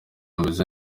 ariko